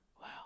Wow